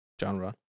genre